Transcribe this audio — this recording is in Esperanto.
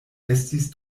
estis